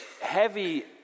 heavy